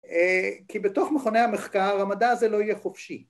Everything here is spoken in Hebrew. ‫כי בתוך מכוני המחקר ‫המדע הזה לא יהיה חופשי.